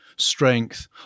Strength